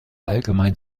allgemein